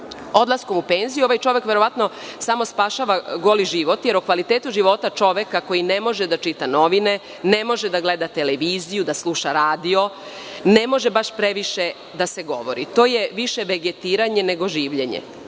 Odlaskom u penziju ovaj čovek verovatno samo spašava goli život, jer o kvalitetu života čoveka koji ne može da čita novine, ne može da gleda televiziju, da sluša radio, ne može baš previše da se govori. To je više vegetiranje nego življenje.